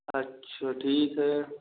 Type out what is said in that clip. अच्छा ठीक है